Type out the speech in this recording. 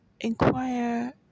inquire